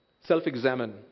self-examine